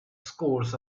scores